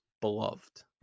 beloved